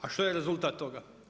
A što je rezultat toga?